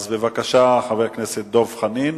בבקשה, חבר הכנסת דב חנין.